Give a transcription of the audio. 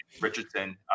Richardson